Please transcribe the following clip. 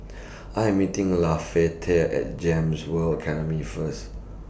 I Am meeting Lafayette At Gems World Academy First